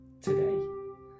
today